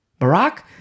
Barack